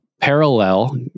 Parallel